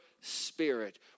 Spirit